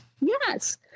Yes